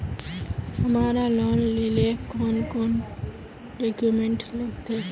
हमरा लोन लेले कौन कौन डॉक्यूमेंट लगते?